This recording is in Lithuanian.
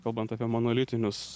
kalbant apie monolitinius